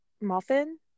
muffin